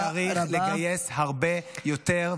צריך לגייס הרבה יותר,